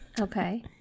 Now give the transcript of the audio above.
Okay